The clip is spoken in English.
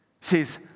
says